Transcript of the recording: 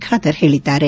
ಖಾದರ್ ಹೇಳಿದ್ದಾರೆ